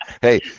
Hey